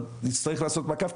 אבל נצטרך לעשות את מעקב,